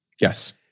Yes